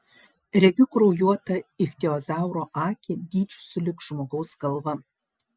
regiu kraujuotą ichtiozauro akį dydžiu sulig žmogaus galva